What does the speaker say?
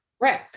Right